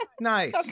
Nice